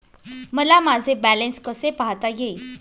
मला माझे बॅलन्स कसे पाहता येईल?